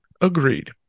Agreed